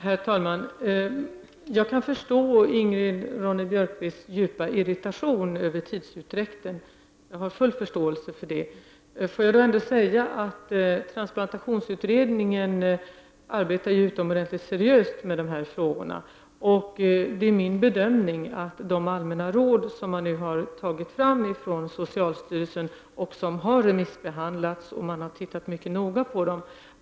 Herr talman! Jag har full förståelse för Ingrid Ronne-Björkqvists djupa irritation över tidsutdräkten. Får jag ändå säga att transplantationsutredningen arbetar utomordentligt seriöst med dessa frågor. Socialstyrelsen har nu tagit fram allmänna råd. De har remissbehandlats, och man har tittat mycket noga på dem.